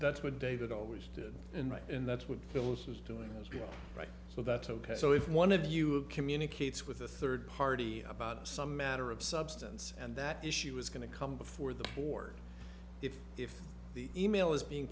that's what david always did and i and that's what phyllis was doing was being right so that's ok so if one of you it communicates with a third party about some matter of substance and that issue is going to come before the board if if the e mail is being